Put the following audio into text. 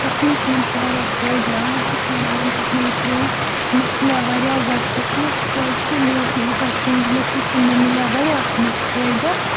تَتھ منٛز چھِ تمَن چھِ واریاہ فٲیدٕ یِوان سُہ چھِ وَنان یَنہٕ پٮ۪ٹھ مےٚ یہِ ترٛوو مےٚ کھُلیٛو واریاہ زیادٕ قٕسمَت کیٛازِکہِ مےٚ اوس نہٕ یوٗتاہ سوٗنٛچمُتے تہٕ مےٚ مِلیو واریاہ اَتھ منٛز فٲیدٕ